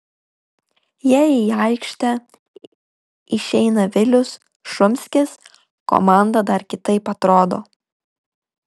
jei į aikštę išeina vilius šumskis komanda dar kitaip atrodo